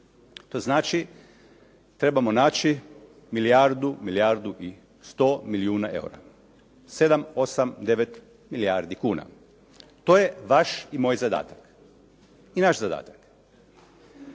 To znači, trebamo naći milijardu, milijardu i 100 milijuna eura. 7, 8, 9 milijardi kuna. to je vaš i moj zadatak i naš zadatak.